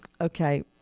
Okay